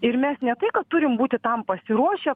ir mes ne tai kad turim būti tam pasiruošę